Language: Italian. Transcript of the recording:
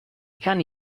cani